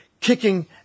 kicking